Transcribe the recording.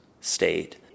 state